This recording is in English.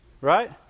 right